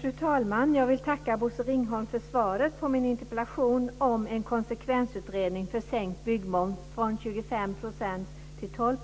Fru talman! Jag vill tacka Bosse Ringholm för svaret på min interpellation om en konsekvensutredning för sänkt byggmoms från 25 % till 12